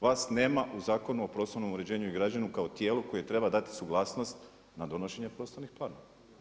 Vas nema u Zakonu o prostornom uređenju i građenju kao tijelu koje treba dati suglasnost na donošenje prostornih planova.